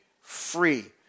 free